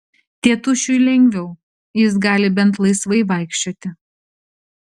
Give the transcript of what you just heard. tėtušiui lengviau jis gali bent laisvai vaikščioti